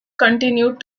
continued